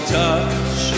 touch